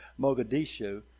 Mogadishu